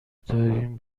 داریم